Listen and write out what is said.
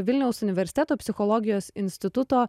vilniaus universiteto psichologijos instituto